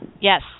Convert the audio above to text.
Yes